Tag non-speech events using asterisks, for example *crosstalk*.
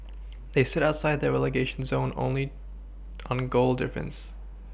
*noise* they sit outside the relegation zone only on goal difference